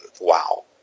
wow